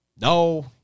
No